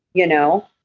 you know?